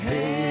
Hey